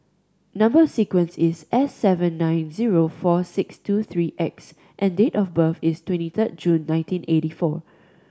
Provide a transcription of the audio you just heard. number sequence is S seven nine zero four six two three X and date of birth is twenty third June nineteen eighty four